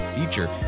feature